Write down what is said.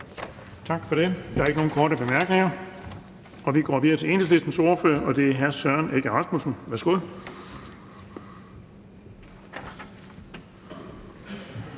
Tak for det. Der er ikke nogen korte bemærkninger, så vi går videre til SF's ordfører, og det er fru Ina Strøjer-Schmidt. Værsgo.